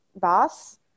boss